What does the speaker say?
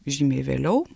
žymiai vėliau